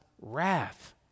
wrath